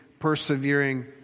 persevering